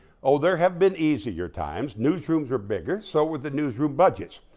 oh, there have been easier times newsrooms are bigger. so with the newsroom budgets.